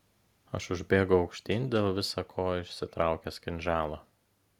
aš užbėgau aukštyn dėl visa ko išsitraukęs kinžalą